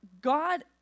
God